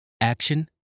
action